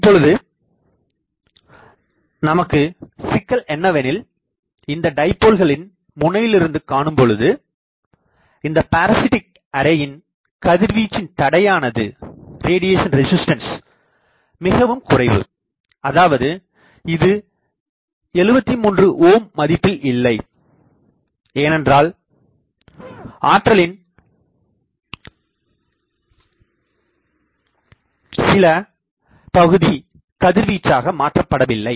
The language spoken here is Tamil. இப்பொழுது நமக்கு சிக்கல் என்னவெனில் இந்த டைபோல்களின் முனையிலிருந்து காணும்பொழுது இந்த பரசிட்டிக் அரேயின் கதிர்வீச்சின் தடையானது மிகவும்குறைவு அதாவது இது 73 ohm மதிப்பில் இல்லை ஏனென்றால் ஆற்றலின் சில பகுதி கதிர்வீச்சாக மாற்றப்படவில்லை